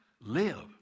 live